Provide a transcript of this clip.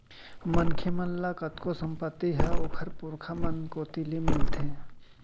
मनखे मन ल कतको संपत्ति ह ओखर पुरखा मन कोती ले मिलथे